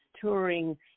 touring